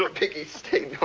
ah piggy stayed